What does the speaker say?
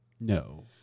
No